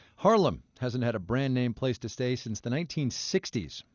harlem hasn't had a brand-name place to stay since the nineteen sixty s.